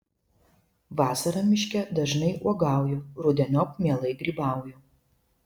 vasarą miške dažnai uogauju rudeniop mielai grybauju